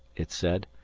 it said.